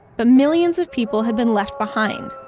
ah millions of people had been left behind.